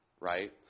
right